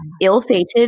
ill-fated